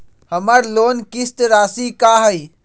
हमर लोन किस्त राशि का हई?